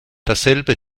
dasselbe